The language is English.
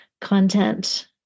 content